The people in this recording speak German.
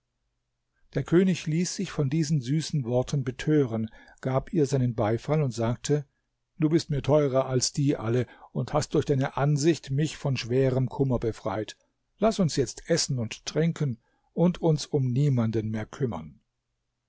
der könig ließ sich von diesen süßen worten betören gab ihr seinen beifall und sagte du bist mir teurer als die alle und hast durch deine ansicht mich von schwerem kummer befreit laß uns jetzt essen und trinken und uns um niemanden mehr kümmern